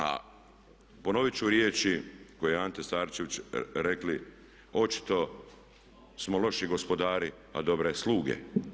A ponoviti ću riječi koje je Ante Starčević rekao očito smo loši gospodari a dobre sluge.